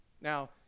Now